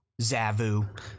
Zavu